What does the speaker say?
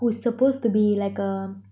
who is supposed to be like a